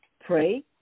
pray